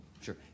Sure